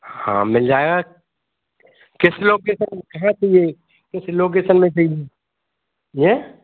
हाँ मिल जाएगा किस लोकेसन में कहाँ पर ये किस लोकेसन में चाहिए ये